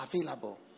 available